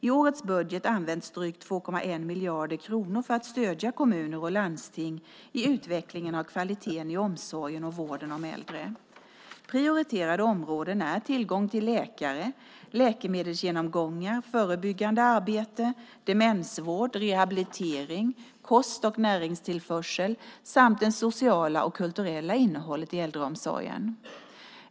I årets budget används drygt 2,1 miljarder kronor för att stödja kommuner och landsting i utvecklingen av kvaliteten i omsorgen och vården om äldre. Prioriterade områden är tillgång till läkare, läkemedelsgenomgångar, förebyggande arbete, demensvård, rehabilitering, kost och näringstillförsel samt det sociala och kulturella innehållet i äldreomsorgen.